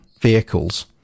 vehicles